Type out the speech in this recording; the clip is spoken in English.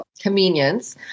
convenience